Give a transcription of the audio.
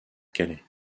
calais